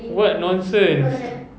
what nonsense